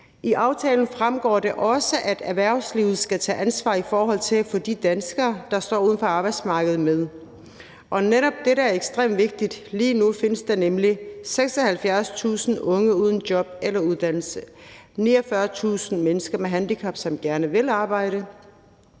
I aftalen fremgår det også, at erhvervslivet skal tage ansvar i forhold til at få de danskere, der står uden for arbejdsmarkedet, med. Netop dette er ekstremt vigtigt. Lige nu findes der nemlig 76.000 unge uden job eller uddannelse, 49.000 mennesker med handicap, som gerne vil arbejde,